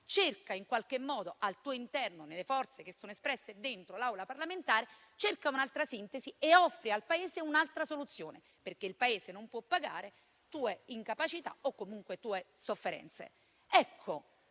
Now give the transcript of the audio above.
cerca al tuo interno, nelle forze che sono espresse dentro l'Assemblea parlamentare, un'altra sintesi e offri al Paese un'altra soluzione, perché il Paese non può pagare le tue incapacità o le tue sofferenze.